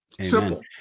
simple